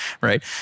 right